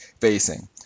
facing